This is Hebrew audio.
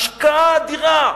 השקעה אדירה.